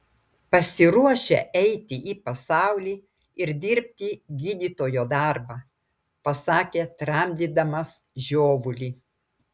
pasiruošę eiti į pasaulį ir dirbti gydytojo darbą pasakė tramdydamas žiovulį